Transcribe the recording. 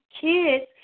kids